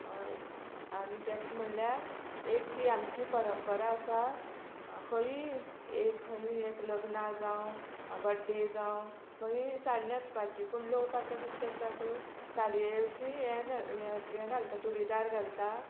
हय आनी ताका म्हणल्यार एक ती आमची परंपरा आसा खंय एक खंय लग्ना जावं बड्डे जावं खंय साडी न्हेसपाची पूण लोक आतां कितें करतात साडयेची हें हें घालता चुडीदार घालता